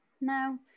No